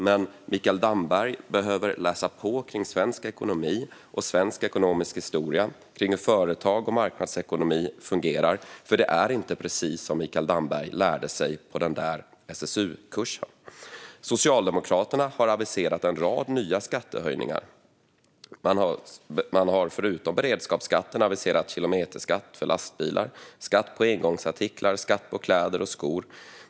Men Mikael Damberg behöver läsa på om svensk ekonomi och svensk ekonomisk historia kring hur företag och marknadsekonomi fungerar, för det är inte precis som han lärde sig på den där SSU-kursen. Socialdemokraterna har aviserat en rad nya skattehöjningar. Man har förutom beredskapsskatten aviserat kilometerskatt för lastbilar, skatt på engångsartiklar och skatt på kläder och skor.